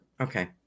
Okay